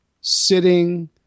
sitting